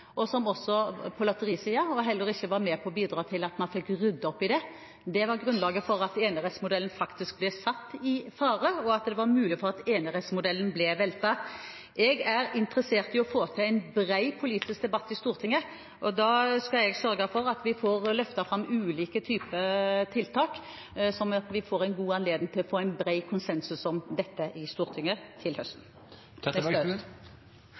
på lotterisiden – og heller ikke var med på å bidra til at man fikk ryddet opp i dette. Det var grunnlaget for at enerettsmodellen faktisk ble satt i fare, og at det var mulighet for at enerettsmodellen ble veltet. Jeg er interessert i å få til en bred politisk debatt i Stortinget. Da skal jeg sørge for at vi får løftet fram ulike typer tiltak slik at vi får god anledning til å få en bred konsensus om dette til høsten. Jeg synes representanten Arnstad på en glimrende måte redegjorde for historieforfalskningen til